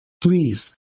Please